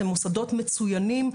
זה יוצר מתחים.